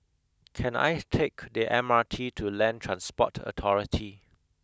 can I take the M R T to Land Transport Authority